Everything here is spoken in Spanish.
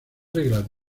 reglas